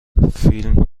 فیلم